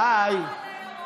די.